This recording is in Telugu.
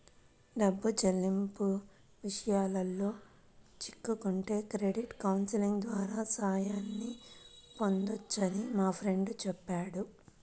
డబ్బు చెల్లింపుల విషయాల్లో చిక్కుకుంటే క్రెడిట్ కౌన్సిలింగ్ ద్వారా సాయాన్ని పొందొచ్చని మా ఫ్రెండు చెప్పాడు